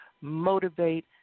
motivate